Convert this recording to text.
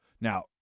Now